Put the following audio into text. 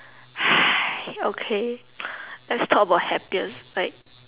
okay let's talk about happier like